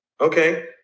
Okay